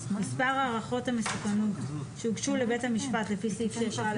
מספר הערכות המסוכנות שהוגשו לבית המשפט לפי סעיף 6א